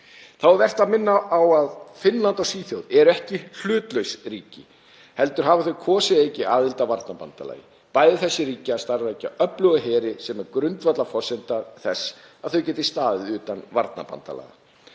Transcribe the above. Þá er vert að minna á að Finnland og Svíþjóð eru ekki hlutlaus ríki heldur hafa þau kosið eiga ekki aðild að varnarbandalagi. Bæði þessi ríki starfrækja öflugan her sem er grundvallarforsenda þess að þau geti staðið utan varnarbandalaga.